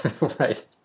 right